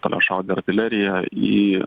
toliašaude artilerija į